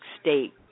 state